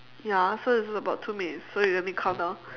ya so it's about two minutes so you want me to countdown